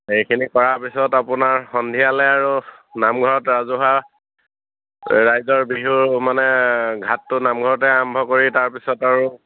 এইখিনি কৰাৰ পিছত আপোনাৰ সন্ধিয়ালে আৰু নামঘৰত ৰাজহুৱা ৰাইজৰ বিহুৰ মানে ঘাটটো নামঘৰতে আৰম্ভ কৰি তাৰপিছত আৰু